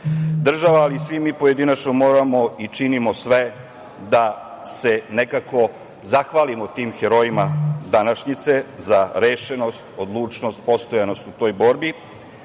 Država, ali i svi mi pojedinačno moramo i činimo sve da se nekako zahvalimo tim herojima današnjice za rešenost, odlučnost, postojanost u toj borbi. Pre